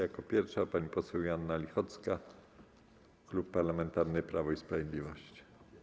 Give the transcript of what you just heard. Jako pierwsza pani poseł Joanna Lichocka, Klub Parlamentarny Prawo i Sprawiedliwość.